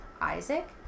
isaac